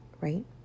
right